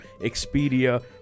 Expedia